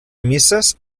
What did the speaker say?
misses